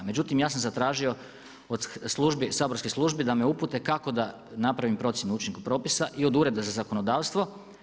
Međutim, ja sam zatražio od saborske službi da me upute kako da naprave procijene učinka propisa i od ureda za zakonodavstvo.